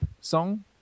song